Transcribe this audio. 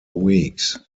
weeks